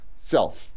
self